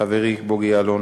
חברי בוגי יעלון,